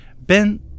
Ben